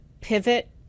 pivot